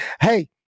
hey